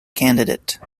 candidate